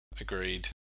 Agreed